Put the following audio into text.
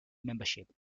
membership